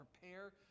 prepare